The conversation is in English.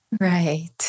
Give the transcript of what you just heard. Right